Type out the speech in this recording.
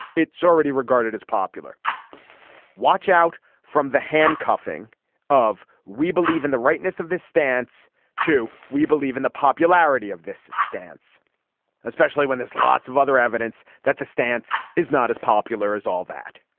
it's already regarded as popular watch out from the handcuffing of we believe in the rightness of this stance to we believe in the popularity of this stance especially when there's lots of other evidence that the stance is not as popular as all that.